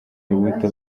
rubuto